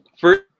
first